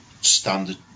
standard